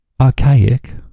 archaic